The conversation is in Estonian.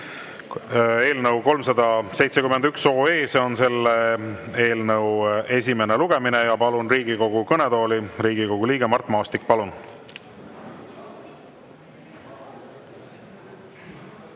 eelnõu 371. See on selle eelnõu esimene lugemine. Palun Riigikogu kõnetooli, Riigikogu liige Mart Maastik! Palun!